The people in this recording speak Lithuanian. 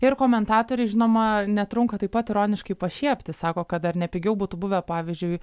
ir komentatoriai žinoma netrunka taip pat ironiškai pašiepti sako kad ar ne pigiau būtų buvę pavyzdžiui